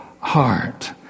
heart